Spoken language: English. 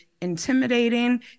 intimidating